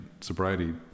sobriety